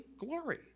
Glory